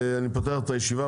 אני פותח את הישיבה.